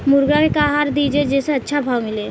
मुर्गा के का आहार दी जे से अच्छा भाव मिले?